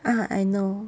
ah I know